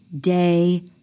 day